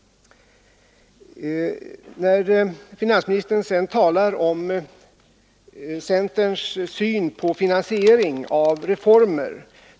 Finansministern talar om centerns syn på finansiering av reformer.